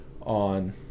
on